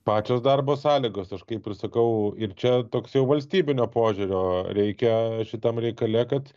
pačios darbo sąlygos aš kaip ir sakau ir čia toks jau valstybinio požiūrio reikia šitam reikale kad